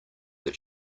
that